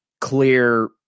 clear